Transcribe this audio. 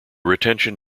retention